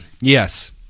Yes